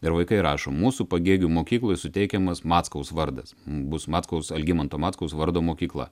ir vaikai rašo mūsų pagėgių mokyklai suteikiamas mackaus vardas bus mackaus algimanto mackaus vardo mokykla